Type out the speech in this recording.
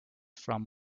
from